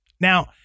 Now